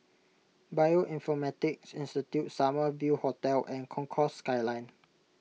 Bioinformatics Institute Summer View Hotel and Concourse Skyline